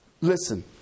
Listen